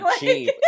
cheap